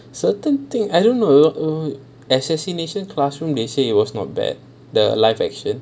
certain thing I don't know or assassination classroom they said it was not bad the live action